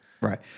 Right